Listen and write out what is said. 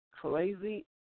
crazy